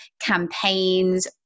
campaigns